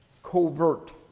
covert